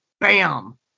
bam